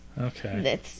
Okay